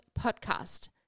podcast